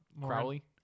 Crowley